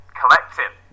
collective